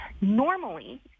Normally